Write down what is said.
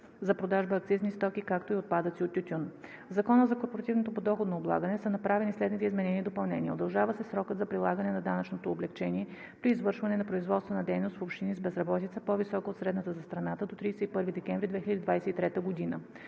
за продажба акцизни стоки, както и отпадъци от тютюн. В Закона за корпоративното подоходно облагане са направени следните изменения и допълнения: удължава се срокът за прилагане на данъчното облекчение при извършване на производствена дейност в общини с безработица, по-висока от средната за страната, до 31 декември 2023 г.